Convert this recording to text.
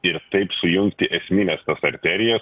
ir taip sujungti esmines tas arterijas